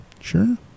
Sure